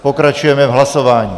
Pokračujeme v hlasování.